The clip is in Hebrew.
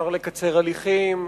אפשר לקצר הליכים,